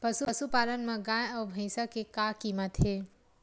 पशुपालन मा गाय अउ भंइसा के का कीमत हे?